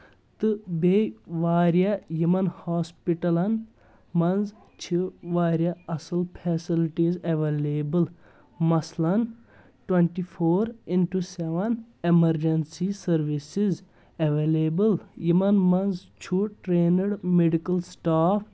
تہٕ بیٚیہِ واریاہ یِمن ہوسپٹلن منٛز چھِ واریاہ اَصٕل فیسلٹیٖز ایویلیبٕل مثلن twenty four into seven emergency services available یِمن منٛز چھُ ٹرینڈ میڈکل سٹاف